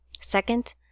Second